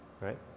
right